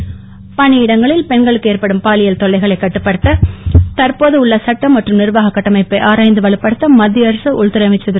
ராத்நாத் பணியிடங்களில் பெண்களுக்கு ஏற்படும் பாலியல் தொல்லைகளை கட்டுப்படுத்த தற்போது உள்ள சட்ட மற்றும் நிர்வாக கட்டமைப்பை ஆராய்ந்து வலுப்படுத்த மத்திய அரசு உள்துறை அமைச்சர் இரு